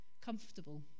comfortable